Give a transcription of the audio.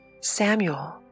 Samuel